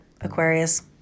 Aquarius